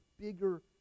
bigger